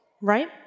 right